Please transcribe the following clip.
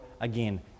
again